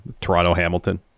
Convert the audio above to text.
Toronto-Hamilton